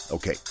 Okay